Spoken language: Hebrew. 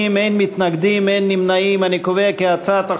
לתיקון פקודת בריאות הציבור (מזון) (שקיפות המידע לצרכנים בתחום הבשר),